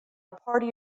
party